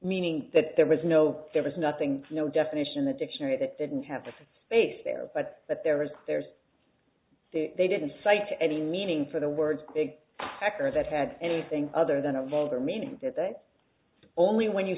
meaning that there was no there was nothing no definition the dictionary that didn't have the same base there but that there is there they didn't cite any meaning for the words big factor that had anything other than a vulgar meaning that they only when you